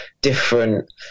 different